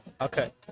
Okay